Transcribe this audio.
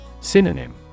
Synonym